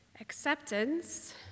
Acceptance